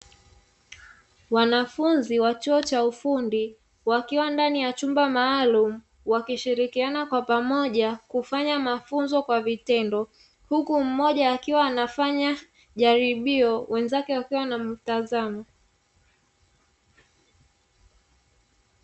Wanafunzi wa chuo cha ufundi wakiwa ndani ya chumba maalum wakishirikiana kwa pamoja kufanya mafunzo kwa vitendo. Huku mmoja akiwa anafanya jaribio wenzake wakiwa wanamtazama.